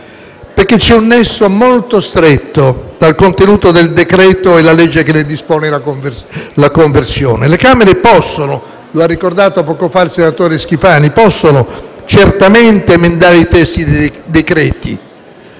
perché c'è un nesso molto stretto tra il contenuto del decreto e la legge che ne dispone la conversione. Le Camere possono - lo ha ricordato poco fa il senatore Schifani - certamente emendare i testi dei decreti,